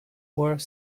wore